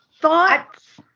thoughts